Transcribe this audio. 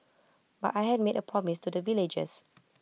but I had made A promise to the villagers